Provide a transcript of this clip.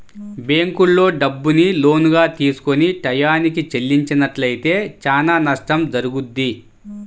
బ్యేంకుల్లో డబ్బుని లోనుగా తీసుకొని టైయ్యానికి చెల్లించనట్లయితే చానా నష్టం జరుగుద్ది